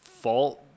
fault